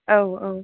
औ औ